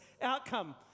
outcome